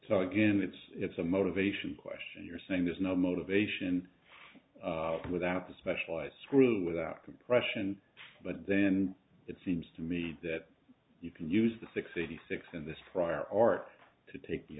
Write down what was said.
so again it's it's a motivation question you're saying there's no motivation without the specialized screen without compression but then it seems to me that you can use the sixty six in this prior art to take the